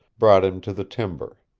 brought him to the timber.